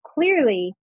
Clearly